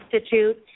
Institute